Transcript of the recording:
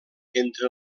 entre